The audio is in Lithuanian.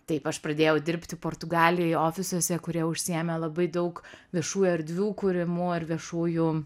taip aš pradėjau dirbti portugalijoj ofisuose kurie užsiėmė labai daug viešų erdvių kūrimu ir viešųjų